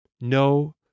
No